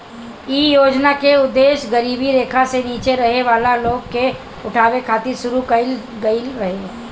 इ योजना के उद्देश गरीबी रेखा से नीचे रहे वाला लोग के उठावे खातिर शुरू कईल गईल रहे